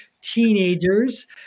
teenagers